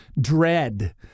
dread